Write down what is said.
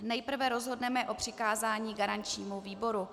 Nejprve rozhodneme o přikázání garančnímu výboru.